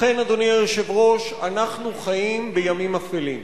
אכן, אדוני היושב-ראש, אנחנו חיים בימים אפלים.